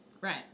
Right